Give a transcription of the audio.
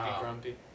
grumpy